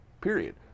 period